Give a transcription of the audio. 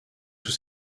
sous